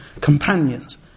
companions